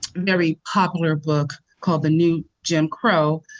very popular book called the new jim crow,